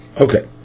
okay